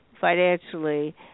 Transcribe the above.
financially